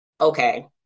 Okay